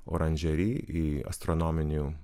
oranžeri į astronominių